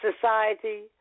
society